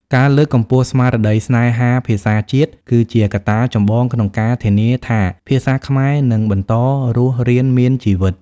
ការលើកកម្ពស់ស្មារតីស្នេហាភាសាជាតិ គឺជាកត្តាចម្បងក្នុងការធានាថាភាសាខ្មែរនឹងបន្តរស់រានមានជីវិត។